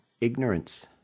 ignorance